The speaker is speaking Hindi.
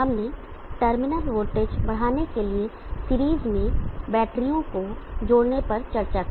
हमने टर्मिनल वोल्टेज बढ़ाने के लिए सीरीज में बैटरियों को जोड़ने पर चर्चा की